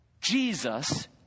Jesus